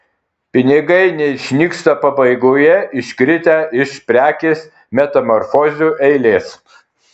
pinigai neišnyksta pabaigoje iškritę iš prekės metamorfozių eilės